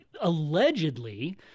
allegedly